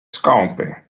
skąpy